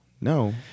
No